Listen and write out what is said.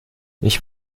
ich